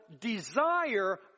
desire